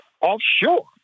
offshore